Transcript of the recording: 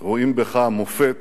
רואים בך מופת